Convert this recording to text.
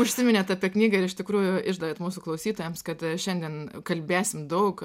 užsiminėt apie knygą ir iš tikrųjų išdavėt mūsų klausytojams kad šiandien kalbėsim daug